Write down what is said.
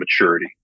maturity